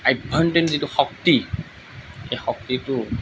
অভ্যন্তৰীণ যিটো শক্তি সেই শক্তিটো